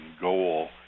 goal